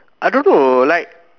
I don't know like